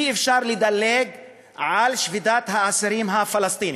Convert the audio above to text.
אי-אפשר לדלג על שביתת האסירים הפלסטינים.